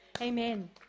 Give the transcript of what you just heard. Amen